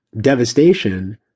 devastation